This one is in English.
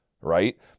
right